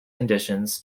conditions